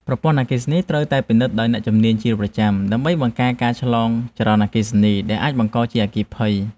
ប្រព័ន្ធអគ្គិសនីត្រូវតែពិនិត្យដោយអ្នកជំនាញជាប្រចាំដើម្បីបង្ការការឆ្លងចរន្តអគ្គិសនីដែលអាចបង្កជាអគ្គិភ័យ។